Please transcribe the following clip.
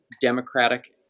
democratic